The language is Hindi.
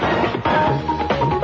राज्यसभा